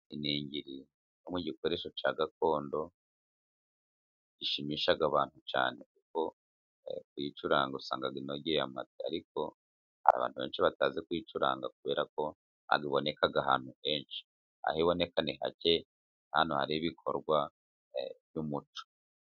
Iningiri kimwe mu gikoresho cya gakondo cyashimishaga abantu cyane, kuko kuyicuranga usanga inogeye amatwi. Ariko abantu benshi ntabwo bazi kuyicuranga kubera itaboneka ahantu henshi, aho iboneka ni hake nk'ahantu hari ibikorwa by'umuco.